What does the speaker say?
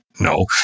No